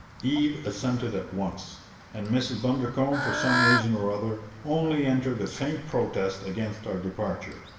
eve assented at once and mrs. bundercombe, for some reason or other, only entered a faint protest against our departure.